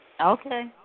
Okay